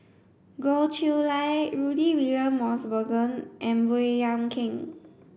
Goh Chiew Lye Rudy William Mosbergen and Baey Yam Keng